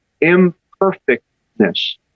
imperfectness